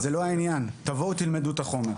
זה לא העניין תבואו ותלמדו את החומר.